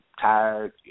tired